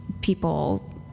people